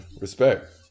respect